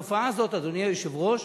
עכשיו, התופעה הזאת, אדוני היושב-ראש,